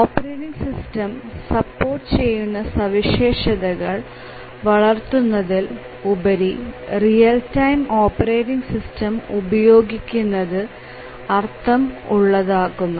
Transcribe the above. operating system support ചെയ്യുന്ന സവിശേഷതകൾ വളർത്തുന്നതിൽ ഉപരി റിയൽ ടൈം ഓപ്പറേറ്റിങ് സിസ്റ്റം ഉപയോഗിക്കുന്നത് അർഥം ഉള്ളതാകുന്നു